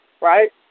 right